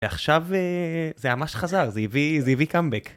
ועכשיו זה ממש חזר, זה הביא קאמבק